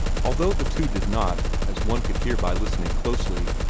although the two did not, as one could hear by listening closely,